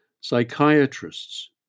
Psychiatrists